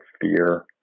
Fear